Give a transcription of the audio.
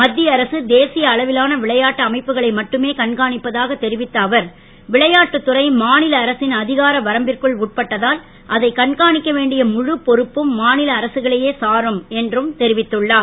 மத்திய அரசு தேசிய அளவிலான விளையாட்டு அமைப்புகளை மட்டுமே கண்காணிப்பதாக தெரிவித்த அவர் விளையாட்டு துறை மாநில அரசின் அதிகார வரம்பிற்குள் உட்பட்டதால் அதை கண்காணிக்க வேண்டிய முழு பொறுப்பு மாநில அரசுகளையே சாரும் என்றும் அவர் தெரிவித்துள்ளார்